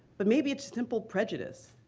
but maybe it's simple prejudice.